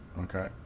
okay